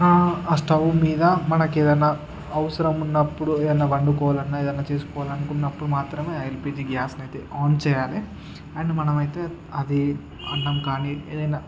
ఆ స్టవ్ మీద మనకి ఏదన్న అవసరం ఉన్నప్పుడు ఏదన్న వండుకోవాలన్న ఏదన్న చేసుకోవాలనుకున్నప్పుడు మాత్రమే ఎల్పీజీ గ్యాస్ని అయితే ఆన్ చేయాలి అండ్ మనమైతే అది అన్నం కాని ఏదన్న